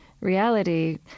reality